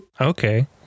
Okay